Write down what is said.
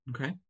okay